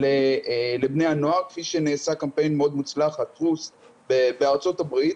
לבני הנוער כפי שנעשה קמפיין מאוד מוצלח בארצות הברית,